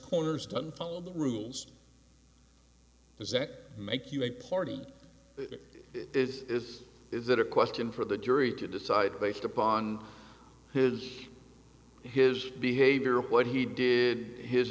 corners doesn't follow the rules does that make you a party is it is that a question for the jury to decide based upon his his behavior what he did his